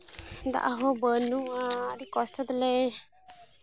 ᱫᱟᱜ ᱦᱚᱸ ᱵᱟᱹᱱᱩᱜᱼᱟ ᱟᱹᱰᱤ ᱠᱚᱥᱴᱚ ᱛᱮᱞᱮ